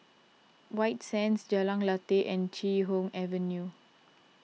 White Sands Jalan Lateh and Chee Hoon Avenue